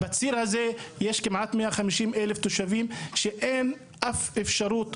בציר הזה יש כמעט 150,000 תושבים שאין אף אפשרות